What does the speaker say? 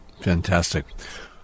fantastic